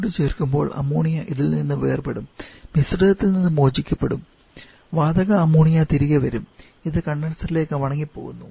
ചൂട് ചേർക്കുമ്പോൾ അമോണിയ ഇതിൽ നിന്ന് വേർപെടുത്തും മിശ്രിതത്തിൽ നിന്ന് മോചിപ്പിക്കപ്പെടും വാതക അമോണിയ തിരികെ വരും ഇത് കണ്ടൻസറിലേക്ക് മടങ്ങി പോകുന്നു